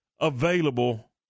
available